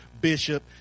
bishop